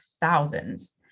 thousands